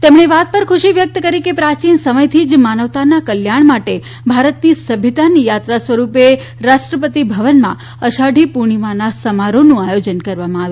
તેમણે એ વાત પર ખુશી વ્યક્ત કરી કે પ્રાચીન સમયથી જ માનવતાના કલ્યાણ માટે ભારતની સભ્યતાની યાત્રા સ્વરૂપે રાષ્ટ્રપતિ ભવનમાં અષાઢી પૂર્ણિમાના સમારોહનું આયોજન કરવામાં આવી રહ્યું છે